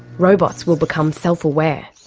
robots will become self-aware.